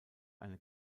eine